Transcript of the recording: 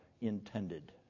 intended